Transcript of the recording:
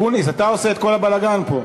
יושבים לך במקום?